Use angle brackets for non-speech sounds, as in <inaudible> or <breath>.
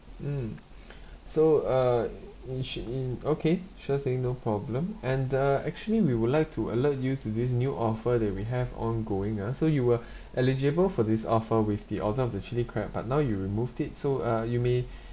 mm <breath> so uh we should in okay sure thing no problem and uh actually we would like to alert you to this new offer that we have ongoing ah so you were <breath> eligible for this offer with the order of the chilli crab but now you removed it so uh you may